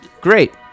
Great